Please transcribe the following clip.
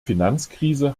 finanzkrise